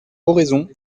oraison